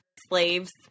slaves